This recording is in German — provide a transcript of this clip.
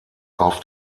auf